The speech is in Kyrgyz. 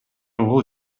бул